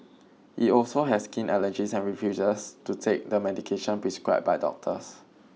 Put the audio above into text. he also has skin allergies and refuses to take the medication prescribed by doctors